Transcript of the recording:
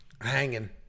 hanging